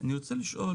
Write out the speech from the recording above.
אני רוצה לשאול